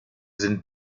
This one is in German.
sind